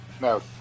No